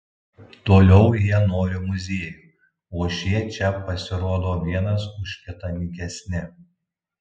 toliau jie nori muziejų o šie čia pasirodo vienas už kitą nykesni